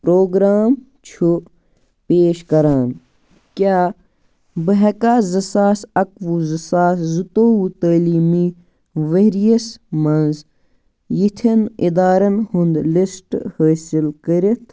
programme چھُ پیش کران کیٛاہ بہٕ ہیٚکاہ زٕ ساس اَکوُہ زٕ ساس زٕتووُہ تٔعلیٖمی ؤری یَس منٛز یِتھیٚن اِدارَن ہُنٛد لِسٹہٕ حٲصِل کٔرِتھ